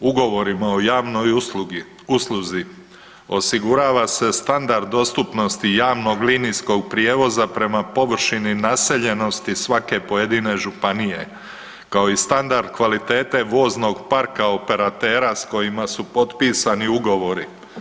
Ugovorima o javnoj usluzi osigurava se standard dostupnosti javnog linijskog prijevoza prema površini naseljenosti svake pojedine županije kao i standard kvalitete voznog parka operatera sa kojima su potpisani ugovori.